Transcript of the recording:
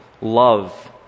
love